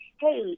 hey